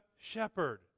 shepherd